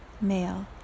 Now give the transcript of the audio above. male